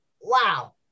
wow